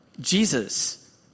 Jesus